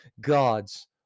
God's